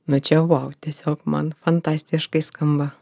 na čia jau vau tiesiog man fantastiškai skamba